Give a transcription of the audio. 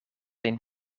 een